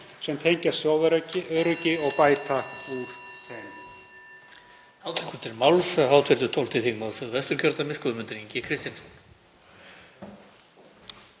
sem tengjast þjóðaröryggi og bæta úr þeim.